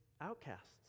outcasts